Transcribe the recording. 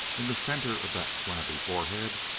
in the center of that flabby forehead,